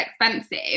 expensive